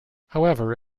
however